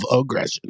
aggression